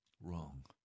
Wrong